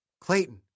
Clayton